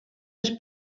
els